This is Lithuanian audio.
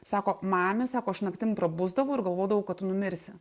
sako mami sako aš naktim prabusdavau ir galvodavau kad tu numirsi